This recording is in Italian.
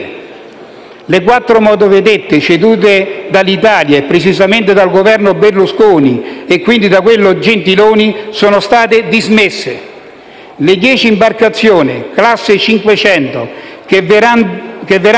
Le quattro motovedette cedute dall'Italia e, precisamente, dal Governo Berlusconi e quindi da quello Gentiloni Silveri sono state dismesse. Le dieci imbarcazioni classe 500 che verranno